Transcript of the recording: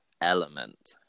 element